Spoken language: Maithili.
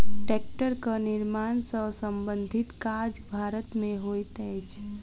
टेक्टरक निर्माण सॅ संबंधित काज भारत मे होइत अछि